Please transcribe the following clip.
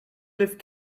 lift